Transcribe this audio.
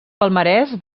palmarès